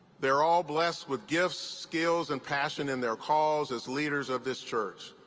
they are all blessed with gifts, skills, and passion in their calls as leaders of this church.